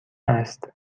است